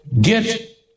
get